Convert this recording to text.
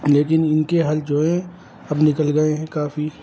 لیکن ان کے حل جو ہیں اب نکل گئے ہیں کافی